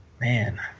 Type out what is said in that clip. man